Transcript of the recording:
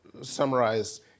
summarize